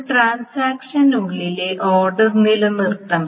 ഒരു ട്രാൻസാക്ഷനുള്ളിലെ ഓർഡർ നിലനിർത്തണം